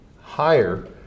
higher